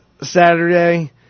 Saturday